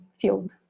field